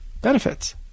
benefits